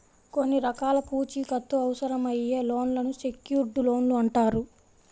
కొన్ని రకాల పూచీకత్తు అవసరమయ్యే లోన్లను సెక్యూర్డ్ లోన్లు అంటారు